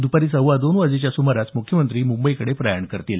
दुपारी सव्वा दोन वाजेच्या सुमारास मुख्यमंत्री मुंबईकडे प्रयाण करतील